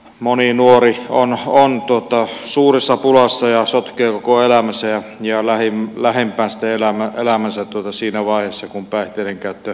moni nuori on suuressa pulassa ja sotkee koko elämänsä ja lähimmäistensä elämän siinä vaiheessa kun päihteiden käyttö riistäytyy hallinnasta